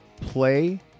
play